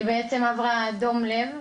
היא בעצם עברה דום לב,